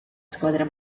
squadra